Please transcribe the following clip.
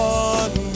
one